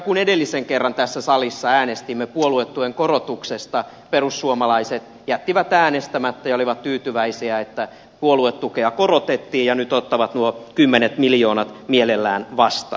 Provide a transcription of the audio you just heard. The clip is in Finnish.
kun edellisen kerran tässä salissa äänestimme puoluetuen korotuksesta perussuomalaiset jättivät äänestämättä ja olivat tyytyväisiä että puoluetukea korotettiin ja nyt ottavat nuo kymmenet miljoonat mielellään vastaan